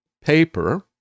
paper